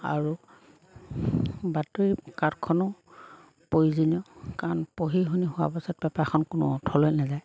আৰু বাতৰি কাৰ্ডখনো প্ৰয়োজনীয় কাৰণ পঢ়ি শুনি হোৱাৰ পাছত পেপাৰখন কোনো অথলে নাযায়